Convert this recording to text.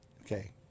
Okay